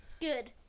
Good